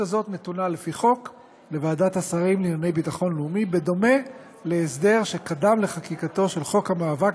חוק המאבק בטרור מסמיך את שר הביטחון להכריז על ארגוני טרור,